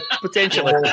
potentially